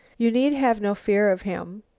you need have no fear of him.